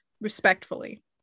Respectfully